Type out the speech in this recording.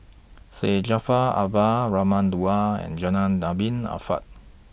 Syed Jaafar Albar Raman Daud and Zainal Abidin Ahmad